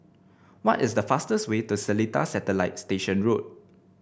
what is the fastest way to Seletar Satellite Station Road